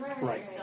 right